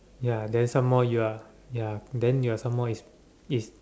ya then some more you are ya then you are some more is is